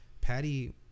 Patty